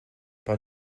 par